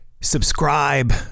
Subscribe